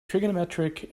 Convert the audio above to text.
trigonometric